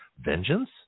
Vengeance